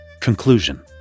Conclusion